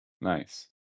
Nice